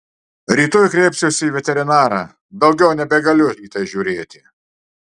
rytoj kreipsiuosi į veterinarą daugiau nebegaliu į tai žiūrėti